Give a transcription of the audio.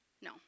No